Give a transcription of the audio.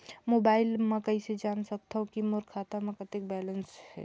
Mobile म कइसे जान सकथव कि मोर खाता म कतेक बैलेंस से?